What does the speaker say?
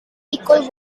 equal